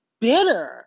bitter